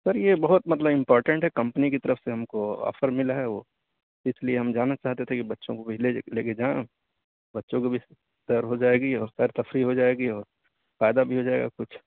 سر یہ بہت مطلب امپارٹینٹ ہے کمپنی کی طرف سے ہم کو آفر ملا ہے وہ اس لئے ہم جانا چاہتے تھے کہ بچوں کو کچھ لے کے جائیں بچوں کو بھی سیر ہو جائے گی اور سیر تفریح ہو جائے گی اور فائدہ بھی ہو جائے گا کچھ